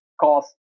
cause